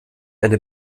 eine